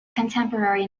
contemporary